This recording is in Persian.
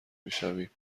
میشویم